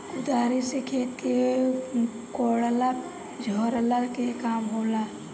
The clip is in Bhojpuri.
कुदारी से खेत के कोड़ला झोरला के काम होला